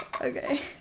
Okay